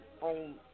on